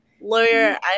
lawyer